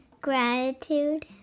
gratitude